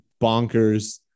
bonkers